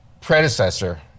predecessor